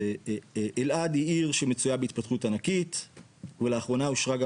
אלעד היא עיר שמצויה בהתפתחות ענקית ולאחרונה אושרה גם